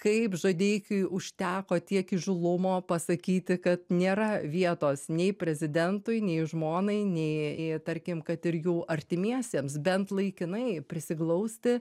kaip žadeikiui užteko tiek įžūlumo pasakyti kad nėra vietos nei prezidentui nei žmonai nei tarkim kad ir jų artimiesiems bent laikinai prisiglausti